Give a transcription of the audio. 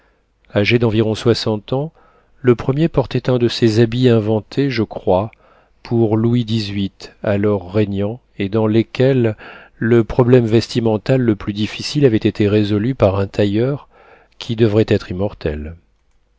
agé d'environ soixante ans le premier portait un de ces habits inventés je crois pour louis xviii alors régnant et dans lesquels le problème vestimental le plus difficile avait été résolu par un tailleur qui devrait être immortel